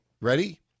ready